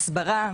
הסברה,